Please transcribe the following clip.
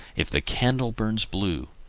if the candle burns blue,